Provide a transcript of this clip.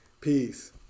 Peace